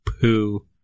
poo